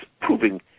proving